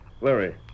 Larry